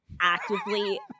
actively